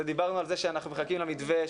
דיברנו על זה שאנחנו מחכים למתווה,